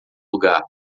lugar